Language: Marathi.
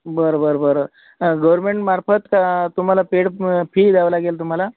बरं बरं बरं गवर्मेंटमार्फत तुम्हाला पेड फी द्यावं लागेल तुम्हाला